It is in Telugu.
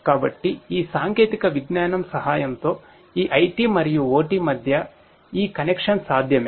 కాబట్టి ఈ సాంకేతిక విజ్ఞానం సహాయంతో ఈ IT మరియు OT మధ్య ఈ కనెక్షన్ సాధ్యమే